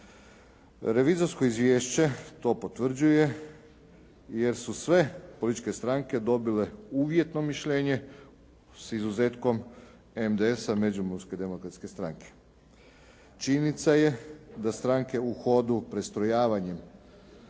Revizorsko izvješće to potvrđuje jer su sve političke stranke dobile uvjetno mišljenje s izuzetkom MDS-a Međimurske demokratske stranke. Činjenica je da stranke u hodu prestrojavanjem